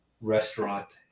restaurant